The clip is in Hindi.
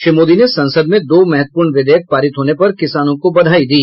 श्री मोदी ने संसद में दो महत्वपूर्ण विधेयक पारित होने पर किसानों को बधाई दी